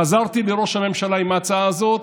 חזרתי לראש הממשלה עם ההצעה הזאת.